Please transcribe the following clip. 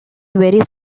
very